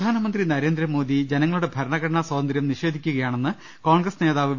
പ്രധാനമന്ത്രി നരേന്ദ്രമോദി ജനങ്ങളുടെ ഭരണഘടനാ സ്വാതന്ത്ര്യം നിഷേധിക്കുകയാണെന്ന് കോൺഗ്രസ് നേതാവ് വി